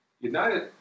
United